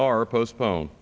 or postpone